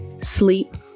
sleep